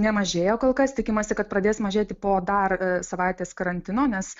nemažėjo kol kas tikimasi kad pradės mažėti po dar savaitės karantino nes